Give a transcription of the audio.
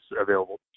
available